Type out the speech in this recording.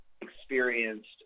experienced